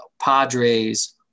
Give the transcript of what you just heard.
Padres